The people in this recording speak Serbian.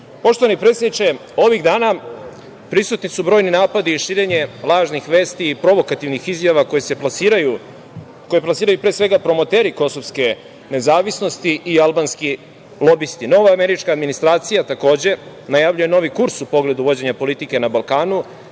države. Poštovani predsedniče, ovih dana prisutni su brojni napadi i širenje lažnih vesti i provokativnih izjava koje plasiraju pre svega promoteri kosovske nezavisnosti i albanski lobisti. Nova američka administracija, takođe najavljuje novi kurs u pogledu vođenja politike na Balkanu